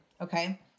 okay